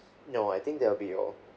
no I think that will be all